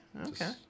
okay